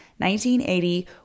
1980